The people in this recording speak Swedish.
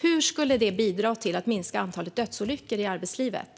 Hur skulle det bidra till att minska antalet dödsolyckor i arbetslivet?